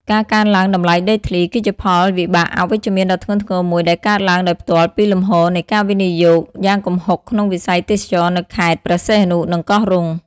ការកើនឡើងតម្លៃដីធ្លី គឺជាផលវិបាកអវិជ្ជមានដ៏ធ្ងន់ធ្ងរមួយដែលកើតឡើងដោយផ្ទាល់ពីលំហូរនៃការវិនិយោគយ៉ាងគំហុកក្នុងវិស័យទេសចរណ៍នៅខេត្តព្រះសីហនុ និងកោះរ៉ុង។